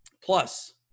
Plus